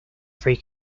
free